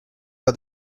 for